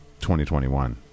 2021